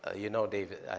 ah you know, david.